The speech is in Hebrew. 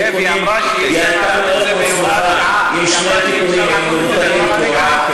לעיין בפרוטוקול של הדיון בוועדה,